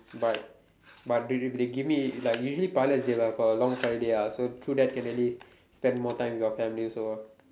but but if they give me like usually pilot they will have a long holiday ah so through that can really spend more time with your family also ah